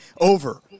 over